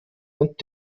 und